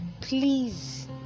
please